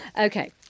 Okay